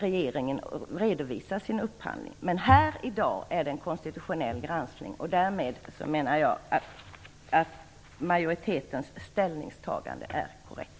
Men här, i dag är det fråga om en konstitutionell granskning, och därmed menar jag att majoritetens ställningstagande är korrekt.